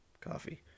coffee